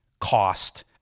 cost